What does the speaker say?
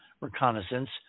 reconnaissance